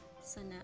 Sana